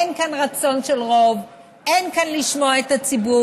אין כאן רצון של רוב, אין כאן לשמוע את הציבור,